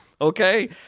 Okay